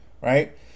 right